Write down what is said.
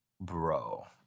Bro